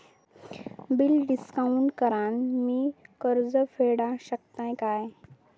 Bill discount करान मी कर्ज फेडा शकताय काय?